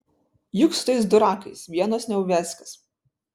juk su tais durakais vienos neuviazkės